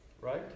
Right